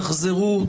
תחזרו,